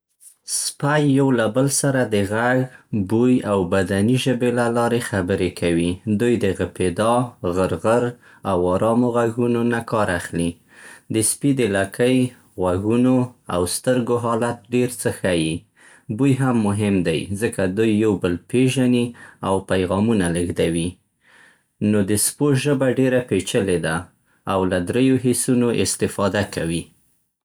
سپي یو له بل سره د غږ، بوی او بدني ژبې له لارې خبرې کوي. دوی د غپېدا، غرغر او ارامو غږونو نه کار اخلي. د سپي د لکۍ، غوږونو او سترګو حالت ډېر څه ښيي. بوی هم مهم دی؛ ځکه دوی یو بل پېژني او پیغامونه لېږدوي. نو د سپو ژبه ډېره پېچلې ده او له دریو حسونو استفاده کوي.